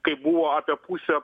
kai buvo apie pusė